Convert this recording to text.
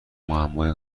معمای